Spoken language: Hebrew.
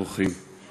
אורחים,